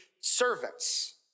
servants